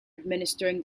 administering